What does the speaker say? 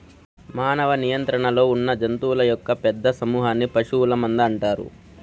మానవ నియంత్రణలో ఉన్నజంతువుల యొక్క పెద్ద సమూహన్ని పశువుల మంద అంటారు